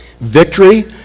Victory